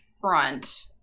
front